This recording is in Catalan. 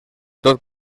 tot